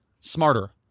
Smarter